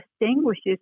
distinguishes